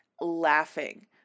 laughing